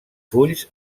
fulls